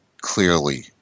clearly